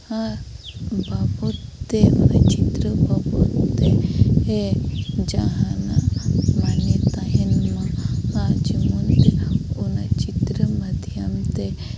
ᱵᱟᱵᱚᱫ ᱛᱮ ᱪᱤᱛᱨᱟᱹ ᱵᱟᱵᱚᱫ ᱛᱮ ᱥᱮ ᱡᱟᱦᱟᱱᱟᱜ ᱢᱟᱱᱮ ᱛᱟᱦᱮᱱᱢᱟ ᱟᱨ ᱡᱮᱢᱚᱱ ᱚᱱᱟ ᱪᱤᱛᱨᱟᱹ ᱢᱟᱫᱽᱫᱷᱚᱢ ᱛᱮ